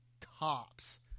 tops